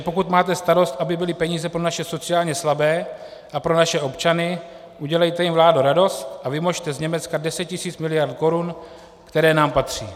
Pokud máte starost, aby byly peníze pro naše sociálně slabé a pro naše občany, udělejte jim, vládo, radost a vymozte z Německa deset tisíc miliard korun, které nám patří.